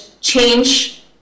change